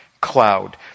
cloud